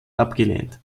abgelehnt